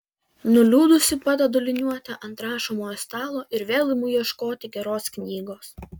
nuliūdusi padedu liniuotę ant rašomojo stalo ir vėl imu ieškoti geros knygos